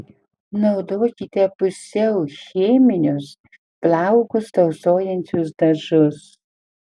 naudokite pusiau cheminius plaukus tausojančius dažus